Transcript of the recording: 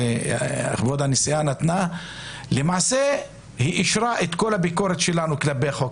כבוד הנשיאה אישרה למעשה את כל הביקורת שלנו כלפי החוק